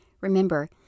Remember